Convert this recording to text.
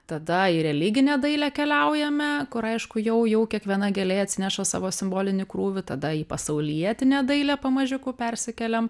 tada į religinę dailę keliaujame kur aišku jau jau kiekviena gėlė atsineša savo simbolinį krūvį tada į pasaulietinę dailę pamažiuku persikėliam